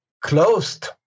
closed